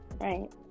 Right